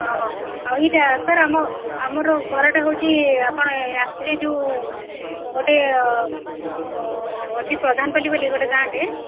ହଁ ହଁ ଆଉ ଇଟା ସାର୍ ଆମ ଆମର ଘରଟା ହେଉଛି ଆପଣ ଆସିବେ ଯେଉଁ ଗୋଟେ ଅଛି ପ୍ରଧାନପାଲି ବୋଲି ଗୋଟେ ଗାଁଟେ